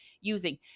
using